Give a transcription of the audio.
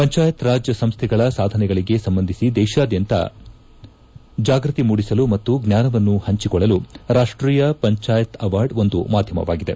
ಪಂಚಾಯರ್ ರಾಜ್ ಸಂಸ್ಥೆಗಳ ಸಾಧನೆಗಳಿಗೆ ಸಂಬಂಧಿಸಿ ದೇಶಾದ್ಯಂತ ಜಾಗ್ಬತಿ ಮೂಡಿಸಲು ಮತ್ತು ಜ್ಞಾನವನ್ನು ಹಂಚಿಕೊಳ್ಳಲು ರಾಷ್ಟೀಯ ಪಂಚಾಯತ್ ಅವಾರ್ಡ್ ಒಂದು ಮಾಧ್ಯಮವಾಗಿದೆ